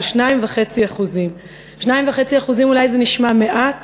של 2.5%. 2.5% אולי זה נשמע מעט.